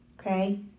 Okay